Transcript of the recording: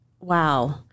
wow